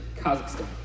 Kazakhstan